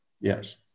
Yes